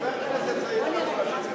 למה שלא תיקח את כל הניסיון שצברת